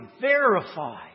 verify